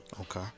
okay